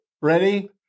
ready